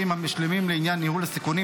המשלימים לעניין ניהול הסיכונים,